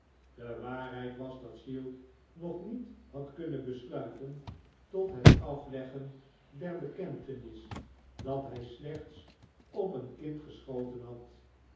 de waarheid was dat giles nog niet had kunnen besluiten tot het afleggen der bekentenis dat hij slechts op een kind geschoten had